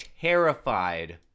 terrified